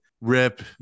rip